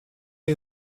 уже